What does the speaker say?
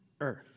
earth